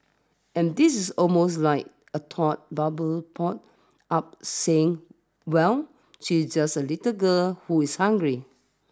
and this is almost like a thought bubble pops up saying well she's just a little girl who is hungry